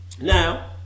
Now